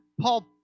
Paul